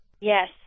Yes